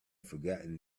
forgotten